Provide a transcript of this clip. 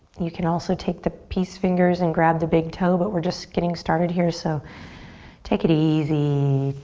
you can also take the peace fingers and grab the big toe, but we're just getting started here. so take it easy.